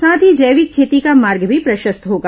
साथ ही जैविक खेती का मार्ग भी प्रशस्त होगा